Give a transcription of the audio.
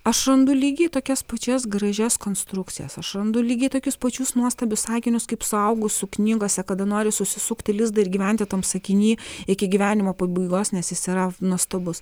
aš randu lygiai tokias pačias gražias konstrukcijas aš randu lygiai tokius pačius nuostabius sakinius kaip suaugusių knygose kada nori susisukti lizdą ir gyventi tam sakiny iki gyvenimo pabaigos nes jis yra nuostabus